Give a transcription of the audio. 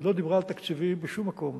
היא לא דיברה על תקציבים בשום מקום.